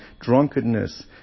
Drunkenness